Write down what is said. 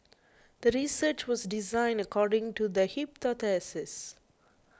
the research was designed according to the hypothesis